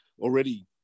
already